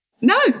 No